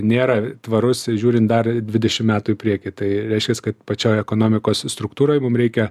nėra tvarus žiūrint dar dvidešimt metų į priekį tai reiškias kad pačioj ekonomikos struktūroj mum reikia